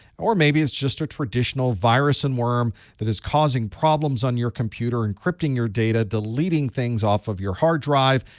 or maybe it's just a traditional virus and worm that is causing problems on your computer, encrypting your data, deleting things off of your hard drive,